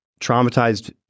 traumatized